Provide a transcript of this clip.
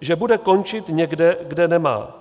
že bude končit někde, kde nemá.